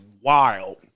wild